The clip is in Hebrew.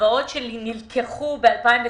הלוואות שנלקחו ב-2019,